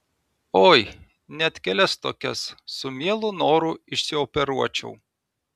oi net kelias tokias su mielu noru išsioperuočiau